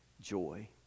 joy